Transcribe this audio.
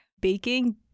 baking